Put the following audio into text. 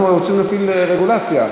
אנחנו הולכים לפי רגולציה,